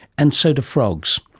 and so to frogs.